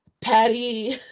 Patty